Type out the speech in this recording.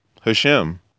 Hashem